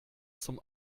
zum